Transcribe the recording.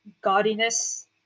gaudiness